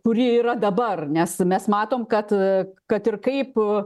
kuri yra dabar nes mes matom kad kad ir kaip